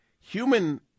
human